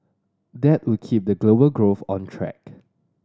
that would keep the global growth on track